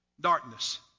Darkness